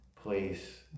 place